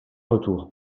retour